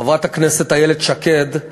חברת הכנסת איילת שקד,